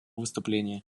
выступление